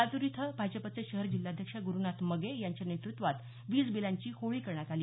लातूर इथं भाजपाचे शहर जिल्हाध्यक्ष ग्रुनाथ मगे यांच्या नेतृत्वात वीजबिलांची होळी करण्यात आली